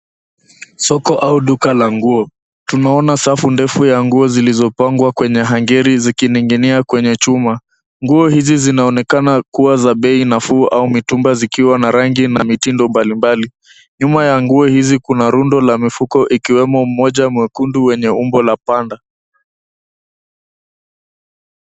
Soko au duka la nguo. Tunaona safu ndefu ya nguo zilizopangwa kwenye hangeri zikining'inia kwenye chuma. Nguo hizi zinaonekana kuwa za bei nafuu au mitumba zikiwa na rangi na mitindo mbalimbali. Nyuma ya nguo hizi kuna rundo la mifuko ikiwemo moja mwekundu wenye umbo la panda.